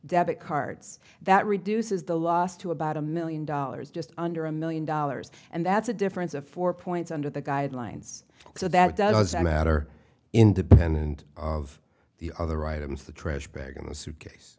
debit cards that reduces the loss to about a million dollars just under a million dollars and that's a difference of four points under the guidelines so that it doesn't matter independent of the other items the trash bag and the suitcase